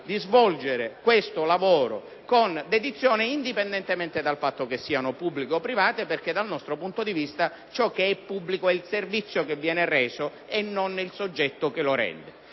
di svolgere il lavoro con dedizione, indipendentemente dal fatto che siano pubbliche o private perché, dal nostro punto di vista, ciò che è pubblico è il servizio che viene reso e non il soggetto che lo rende.